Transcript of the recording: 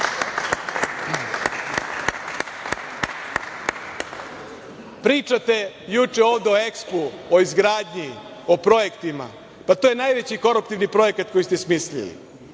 pitanju. Pričate juče ovde o EKSPO, o izgradnji, o projektima. Pa, to je najveći koruptivni projekat koji ste smislili.